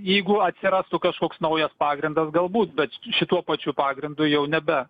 jeigu atsirastų kažkoks naujas pagrindas galbūt bet šituo pačiu pagrindu jau nebe